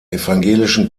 evangelischen